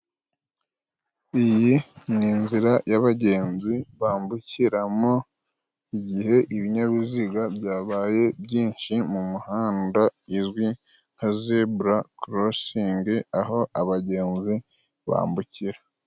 Iyi ni inzira y'abagenzi bambukiramo igihe ibinyabiziga byabaye byinshi mu mihanda izwi nka Zebura korosingi, aho abagenzi bambukira.